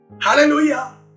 Hallelujah